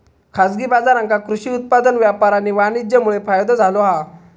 खाजगी बाजारांका कृषि उत्पादन व्यापार आणि वाणीज्यमुळे फायदो झालो हा